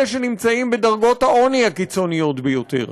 אלה שנמצאים בדרגות העוני הקיצוניות ביותר,